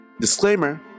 Disclaimer